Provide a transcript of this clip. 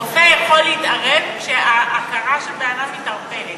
רופא יכול להתערב כשההכרה של בן-אדם מתערפלת.